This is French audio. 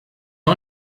ont